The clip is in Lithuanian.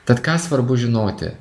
tad ką svarbu žinoti